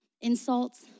insults